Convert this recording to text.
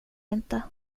inte